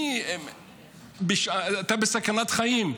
אתה בסכנת חיים.